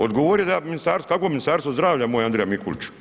Odgovorio je, kakvo Ministarstvo zdravlja moj Andrija Mikuliću.